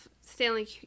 Stanley